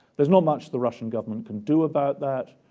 there's not much the russian government can do about that.